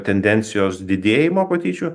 tendencijos didėjimo patyčių